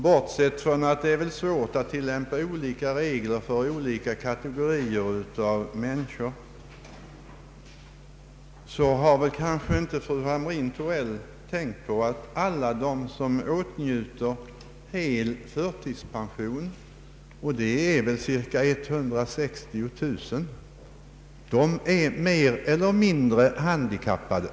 Bortsett från att det är svårt att tilllämpa olika regler för olika kategorier av människor har fru Hamrin-Thorell kanske inte tänkt på att alla de som åtnjuter hel förtidspension — och det är cirka 160 000 personer — är mer eller mindre handikappade.